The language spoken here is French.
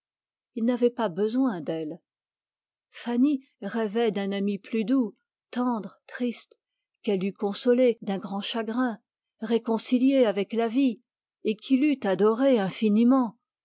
il n'avait pas besoin d'elle fanny rêvait d'un ami plus doux qu'elle eût consolé d'un grand chagrin réconcilié avec la vie et qui l'eût adorée infiniment